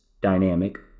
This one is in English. dynamic